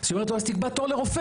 אז היא אומרת לו 'אז תקבע תור לרופא'.